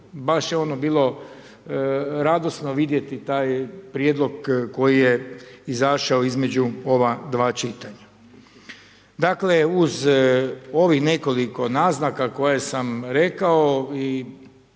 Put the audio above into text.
baš je ono bilo, radosno vidjeti taj prijedlog koji je izašao između ova dva čitanja. Dakle, uz ovih nekoliko naznaka koje sam rekao i